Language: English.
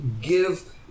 give